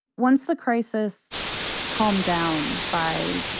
once the crisis calmed down by,